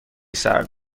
سرد